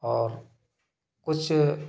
और कुछ